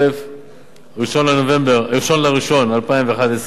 1 בינואר 2011,